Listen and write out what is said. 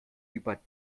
über